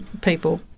people